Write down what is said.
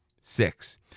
Six